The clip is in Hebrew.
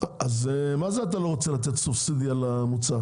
אז מה זה אתה לא רוצה לתת סבסוד על המוצר?